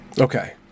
Okay